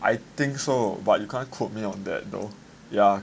I think so but you can't quote me on that though yeah